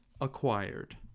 Acquired